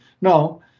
no